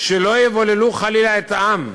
שלא יבוללו חלילה את העם.